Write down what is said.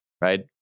right